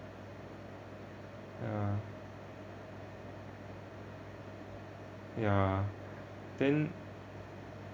ya ya then